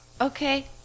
Okay